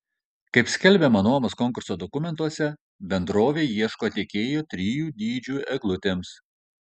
kaip skelbiama nuomos konkurso dokumentuose bendrovė ieško tiekėjo trijų dydžių eglutėms